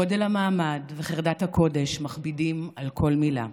גודל המעמד וחרדת הקודש מכבידים על כל מילה.